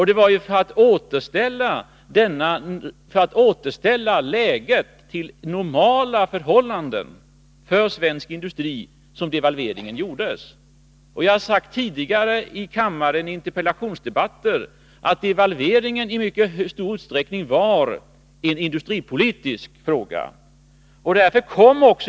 Det var för att återställa läget till normala förhållanden för svensk industri som devalveringen gjordes. Jag har tidigare i kammaren i interpellationsdebatter sagt att devalveringen i stor utsträckning var en industripolitisk åtgärd.